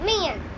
Man